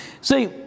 See